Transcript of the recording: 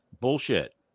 bullshit